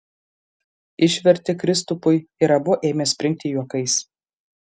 išvertė kristupui ir abu ėmė springti juokais